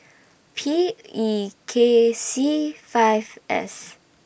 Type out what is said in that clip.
P E K C five S